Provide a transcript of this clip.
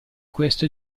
questo